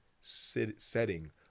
setting